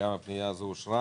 גם הפנייה הזאת אושרה.